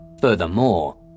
Furthermore